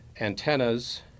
antennas